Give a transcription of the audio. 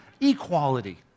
equality